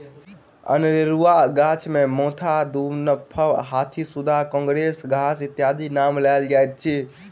अनेरूआ गाछ मे मोथा, दनुफ, हाथीसुढ़ा, काँग्रेस घास इत्यादिक नाम लेल जाइत अछि